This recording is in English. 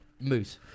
Moose